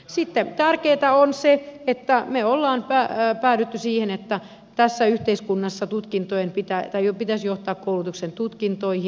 sitten tärkeätä on se että me olemme päätyneet siihen että tässä yhteiskunnassa koulutuksen pitäisi johtaa tutkintoihin